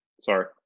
Sorry